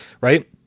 right